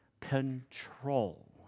control